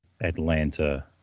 Atlanta